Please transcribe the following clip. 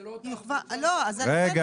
זה לא --- זה מה שאני